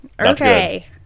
Okay